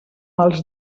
els